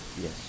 Yes